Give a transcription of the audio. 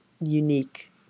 unique